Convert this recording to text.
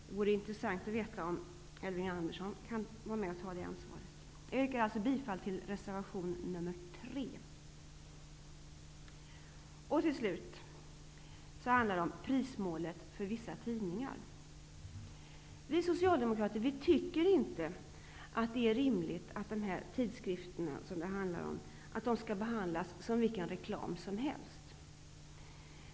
Det vore intressant att få veta om Elving Andersson är beredd att ta det ansvaret. Jag yrkar bifall till reservation 3. Till slut handlar det om prismålet för vissa tidningar. Vi socialdemokrater tycker inte att det är rimligt att de tidskrifter som det handlar om skall behandlas som vilken reklam som helst.